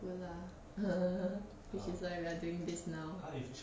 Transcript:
no lah which is why we are doing this now